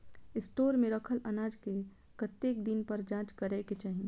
Store मे रखल अनाज केँ कतेक दिन पर जाँच करै केँ चाहि?